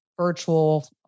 virtual